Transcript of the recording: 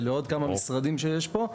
אלא לעוד כמה משרדים שיש פה,